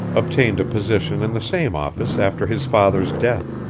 obtained a position in the same office after his father's death.